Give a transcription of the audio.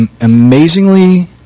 amazingly